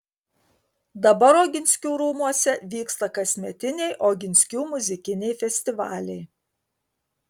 dabar oginskių rūmuose vyksta kasmetiniai oginskių muzikiniai festivaliai